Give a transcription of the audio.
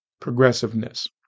progressiveness